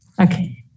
Okay